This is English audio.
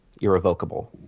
Irrevocable